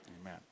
amen